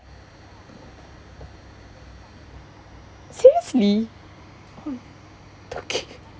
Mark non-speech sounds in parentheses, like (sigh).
seriously (noise)